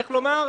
איך לומר,